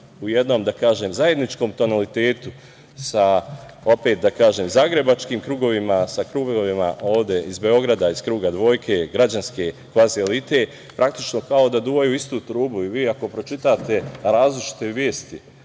u jednom zajedničkom tonalitetu sa zagrebačkim krugovima, sa krugovima ovde iz Beograda iz kruga dvojke, građanske kvazi elite, praktično da duvaju u istu trubu. Vi ako pročitate različite vesti